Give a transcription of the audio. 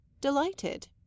Delighted